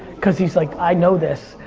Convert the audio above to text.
cause he's like, i know this.